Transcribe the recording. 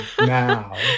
now